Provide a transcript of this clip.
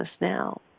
now